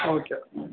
okay